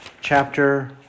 chapter